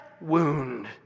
wound